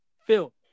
Phil